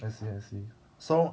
I see I see so